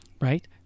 right